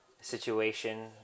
situation